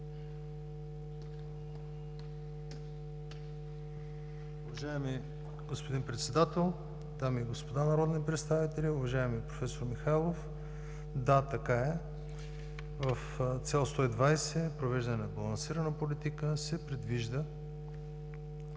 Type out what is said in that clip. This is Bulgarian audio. Уважаеми господин Председател, дами и господа народни представители, уважаеми проф. Михайлов! Да, така е. В „Цел 120: Провеждане на балансирана политика” се предвижда